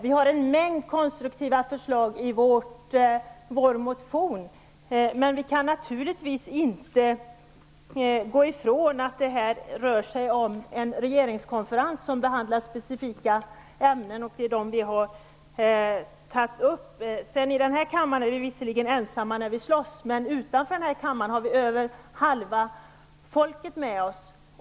Vi har i vår motion en mängd konstruktiva förslag, men vi kan naturligtvis inte komma ifrån att det rör sig om en regeringskonferens som behandlar specifika ämnen, och det är dessa som vi har tagit upp. Vi är vidare visserligen ensamma när vi kämpar här i kammaren, men utanför den har vi över halva folket med oss.